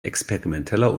experimenteller